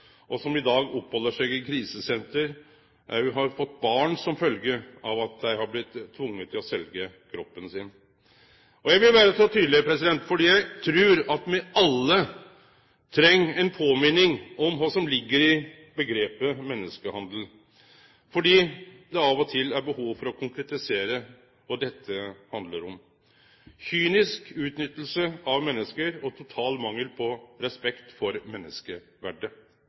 og som i dag oppheld seg på krisesenter, også har fått barn som følgje av at dei har blitt tvinga til å selje kroppen sin. Eg vil vere så tydeleg fordi eg trur me alle treng ei påminning om kva som ligg i omgrepet «menneskehandel», og fordi det av og til er behov for å konkretisere kva dette handlar om: kynisk utnytting av menneske og total mangel på respekt for